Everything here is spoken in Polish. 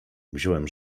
wziąłem